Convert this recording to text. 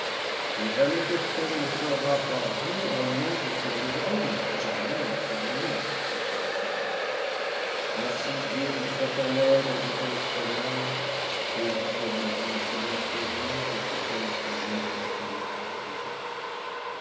et jamais personne ne saura par vous un mot de ce que nous avons dit jamais sur l'honneur s'écria julien ainsi dieu vous soit en aide ajouta l'espagnol et il reconduisit silencieusement jusque sur l'escalier altamira et julien